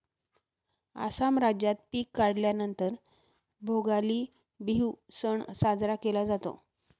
आसाम राज्यात पिक काढल्या नंतर भोगाली बिहू सण साजरा केला जातो